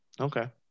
okay